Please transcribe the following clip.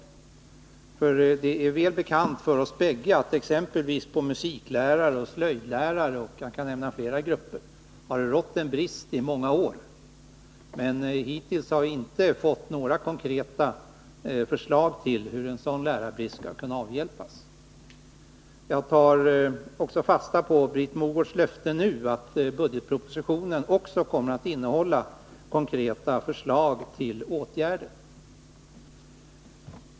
Det är välbekant för både skolministern och mig att det har rått brist på exempelvis musiklärare och slöjdlärare — jag skulle kunna nämna fler grupper — i många år. Men hittills har vi inte fått några konkreta förslag till hur en sådan lärarbrist skall kunna avhjälpas. Jag tar också fasta på Britt Mogårds löfte nu att budgetpropositionen också kommer att innehålla konkreta förslag till åtgärder.